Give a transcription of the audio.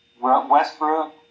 Westbrook